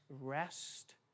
rest